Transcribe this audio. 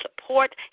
support